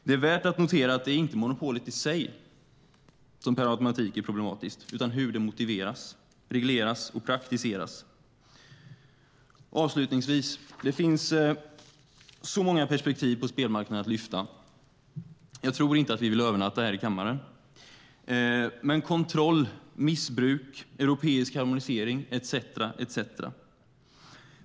Det är värt att notera att det inte är monopolet i sig som per automatik är problematiskt utan hur det motiveras, regleras och praktiseras. Avslutningsvis: Det finns så många perspektiv på spelmarknaden att lyfta fram, men jag tror inte att vi vill övernatta här i kammaren. Det handlar om kontroll, missbruk, europeisk harmonisering etcetera.